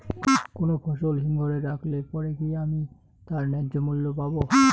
কোনো ফসল হিমঘর এ রাখলে পরে কি আমি তার ন্যায্য মূল্য পাব?